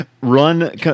run